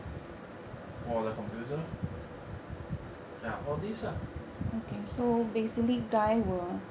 for the computer ya all these lah